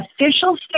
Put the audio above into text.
official